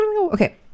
Okay